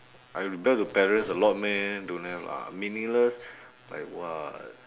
I lie to parents a lot meh don't have lah meaningless like what